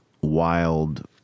wild